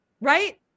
right